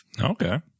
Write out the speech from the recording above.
Okay